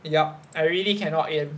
yup I really cannot aim